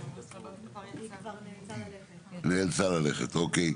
נאלצה ללכת, אוקיי.